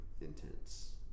intense